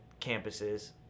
campuses